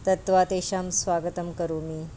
दत्वा तेषां स्वागतं करोमि